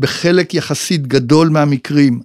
‫בחלק יחסית גדול מהמקרים.